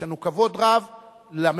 יש לנו כבוד רב לממשלה,